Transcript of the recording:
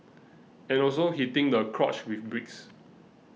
and also hitting the crotch with bricks